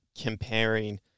comparing